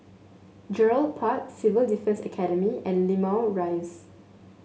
Gerald Park Civil Defence Academy and Limau Rise